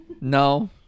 No